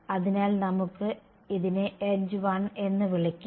അതിനാൽ നമുക്ക് ഇതിനെ എഡ്ജ് 1 എന്ന് വിളിക്കാം